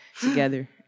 together